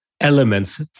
elements